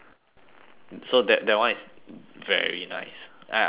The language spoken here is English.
so that that one is very nice I I like that one